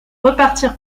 repartir